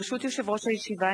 ברשות יושב-ראש הישיבה,